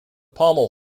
pommel